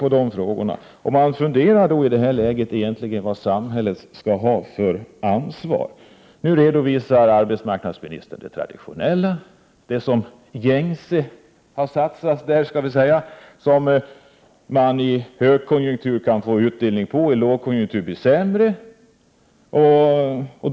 I det läget börjar man fundera vad samhället egentligen skall ha för ansvar. Nu redovisar arbetsmarknadsministern de traditionella åtgärder som alltid har satsats där, sådana som under högkonjunktur kan ge utdelning och som under lågkonjunktur ger litet sämre resultat.